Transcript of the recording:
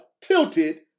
tilted